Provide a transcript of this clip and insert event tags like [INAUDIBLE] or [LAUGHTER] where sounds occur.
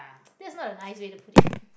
[NOISE] that's not a nice way to put it [LAUGHS]